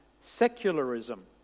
secularism